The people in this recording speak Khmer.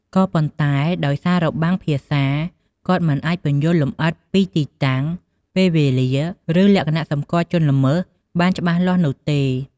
ក៏ប៉ុន្តែដោយសាររបាំងភាសា គាត់មិនអាចពន្យល់លម្អិតពីទីតាំង ពេលវេលា ឬលក្ខណៈសម្គាល់ជនល្មើសបានច្បាស់លាស់នោះទេ។